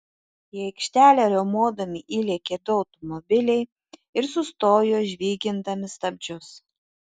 į aikštelę riaumodami įlėkė du automobiliai ir sustojo žvygindami stabdžius